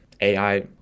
AI